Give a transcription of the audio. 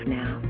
now